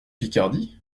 picardie